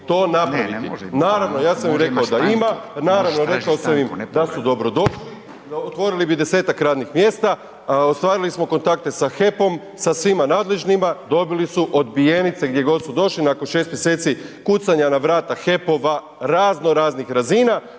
to napraviti. Naravno, ja sam im rekao da ima, naravno rekao sam im da su dobrodošli, otvorili bi 10-ak radnih mjesta, ostvarili smo kontakte sa HEP-om, sa svima nadležnima, dobili su odbijenice gdje god su došli, nakon 6 mjeseci kucanja na vrata HEP-ova razno raznih razina